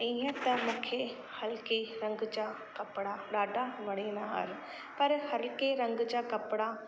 इयं त मूंखे हल्के रंग जा कपिड़ा ॾाढा वणंदा आहिनि पर हल्के रंग जा कपिड़ा